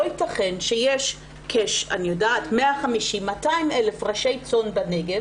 לא ייתכן שיש כ-150,000 200,000 ראשי צאן בנגב